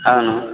అవును